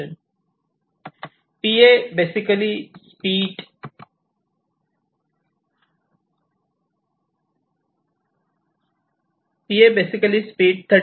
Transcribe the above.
PA basically speed 31